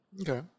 Okay